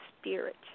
spirit